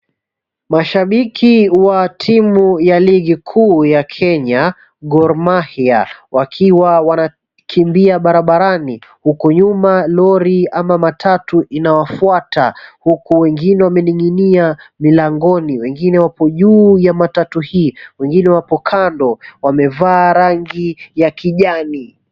Mashabiki wa timu ya ligi kuu ya Kenya, Gormahia, wakiwa wanakimbia barabarani huku nyuma lori ama matatu inawafuata huku wengine wamening'inia mlangoni, wengine wapo juu ya matatu hii, wengine wako kando wamevaa rangi ya kijani.